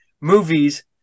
movies